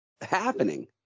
happening